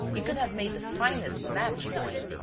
you could have made the finest match going!